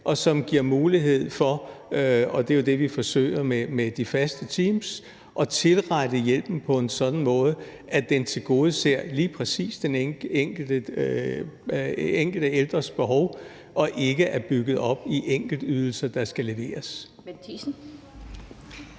og som giver mulighed for – det er jo det, vi forsøger med de faste teams – at tilrette hjælpen på en sådan måde, at den tilgodeser lige præcis den enkelte ældres behov og ikke er bygget op af enkeltydelser, der skal leveres.